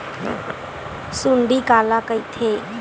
सुंडी काला कइथे?